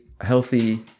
healthy